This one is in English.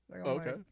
Okay